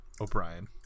O'Brien